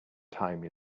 time